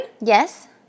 Yes